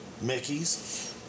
Mickey's